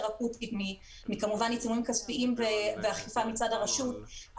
אקוטית מעיצומים כספיים ואכיפה מצד הרשות,